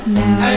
now